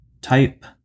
type